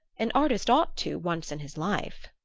an artist ought to, once in his life.